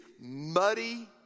muddy